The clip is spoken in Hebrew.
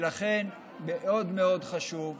מאוד מאוד חשוב.